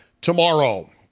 tomorrow